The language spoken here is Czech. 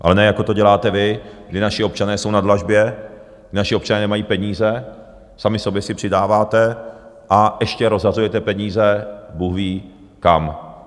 Ale ne jako to děláte vy, kdy naši občané jsou na dlažbě, kdy naši občané nemají peníze, sami sobě si přidáváte, a ještě rozhazujete peníze bůhví kam.